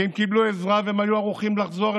כי הם קיבלו עזרה והם היו ערוכים לחזור.